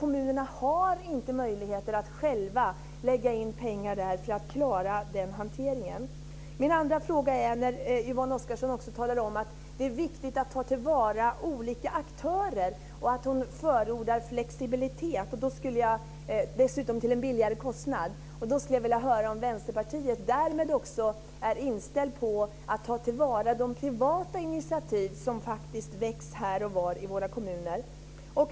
Kommunerna har inte möjligheter att själva lägga in pengar där för att klara hanteringen. Yvonne Oscarsson talar också om att det är viktigt att ta till vara olika aktörer och att hon förordar flexibilitet, dessutom till en lägre kostnad. Jag skulle vilja höra om Vänsterpartiet därmed också är inställt på att ta till vara de privata initiativ som faktiskt har väckts här och var i våra kommuner.